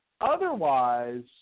Otherwise